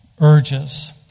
urges